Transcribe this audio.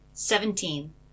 Seventeen